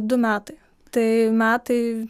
du metai tai metai